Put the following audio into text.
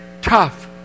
tough